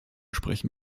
sprechen